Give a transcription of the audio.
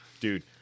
dude